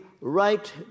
right